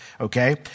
okay